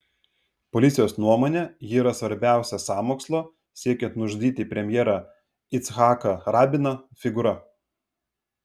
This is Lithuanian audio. policijos nuomone ji yra svarbiausia sąmokslo siekiant nužudyti premjerą icchaką rabiną figūra